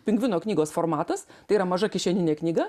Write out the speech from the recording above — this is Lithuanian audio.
pingvino knygos formatas tai yra maža kišeninė knyga